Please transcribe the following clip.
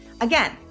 Again